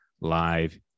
live